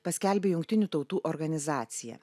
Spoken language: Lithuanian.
paskelbė jungtinių tautų organizacija